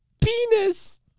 Penis